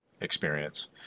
experience